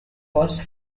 was